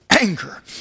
anger